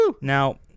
Now